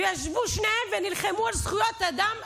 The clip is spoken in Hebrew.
וישבו שניהם ונלחמו על זכויות אדם,